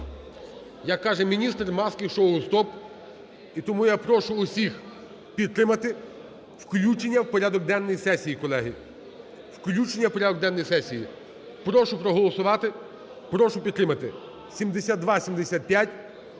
Як каже міністр: "Маски-шоу, стоп!". І тому я прошу усіх підтримати включення в порядок денний сесії, колеги. Включення в порядок денний сесії. Прошу проголосувати, прошу підтримати 7275